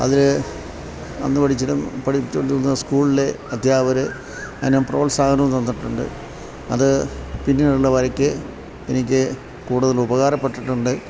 അതിൽ അന്ന് പഠിച്ചിട്ടും പഠിച്ചുകൊണ്ടിരുന്ന സ്കൂളിലെ അദ്ധ്യാപകർ അതിന് പ്രോത്സാഹനവും തന്നിട്ടുണ്ട് അത് പിന്നെയുള്ള വരക്ക് എനിക്ക് കൂടുതൽ ഉപകാരപ്പെട്ടിട്ടുണ്ട്